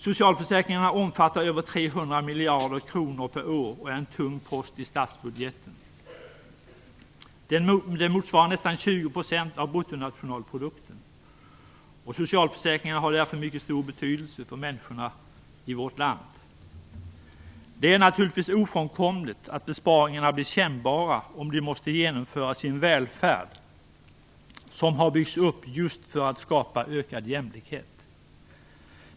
Socialförsäkringarna omfattar över 300 miljarder kronor per år och är en tung post i statsbudgeten. Det motsvarar nästan 20 % av bruttonationalprodukten. Socialförsäkringarna har därför mycket stor betydelse för människorna i vårt land. Det är naturligtvis ofrånkomligt att besparingarna blir kännbara om de måste genomföras i en välfärd som har byggts upp just för att skapa ökad jämlikhet.